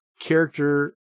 character